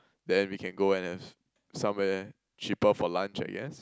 then we can go and have somewhere cheaper for lunch I guess